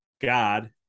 God